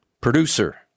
producer